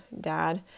dad